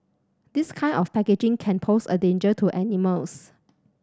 this kind of packaging can pose a danger to animals